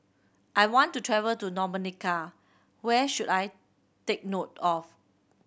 I want to travel to Dominica where should I take note of